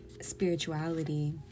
spirituality